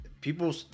people